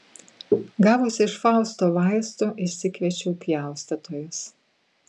gavusi iš fausto vaistų išsikviečiau pjaustytojus